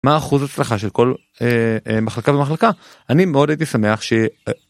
מה אחוז הצלחה של כל מחלקה ומחלקה אני מאוד הייתי שמח ש.